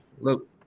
look